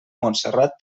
montserrat